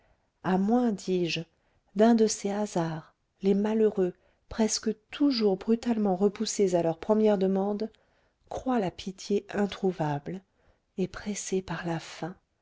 à moins dis-je d'un de ces hasards les malheureux presque toujours brutalement repoussés à leurs premières demandes croient la pitié introuvable et pressés par la faim